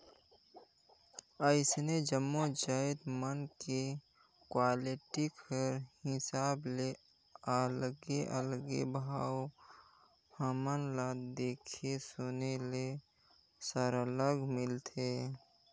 अइसने जम्मो जाएत मन में क्वालिटी कर हिसाब ले अलगे अलगे भाव हमन ल देखे सुने ले सरलग मिलथे